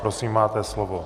Prosím, máte slovo.